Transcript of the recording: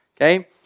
Okay